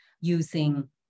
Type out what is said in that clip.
using